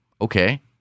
Okay